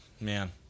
Man